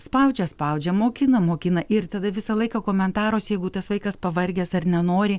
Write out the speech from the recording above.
spaudžia spaudžia mokina mokina ir tada visą laiką komentaras jeigu tas vaikas pavargęs ar nenori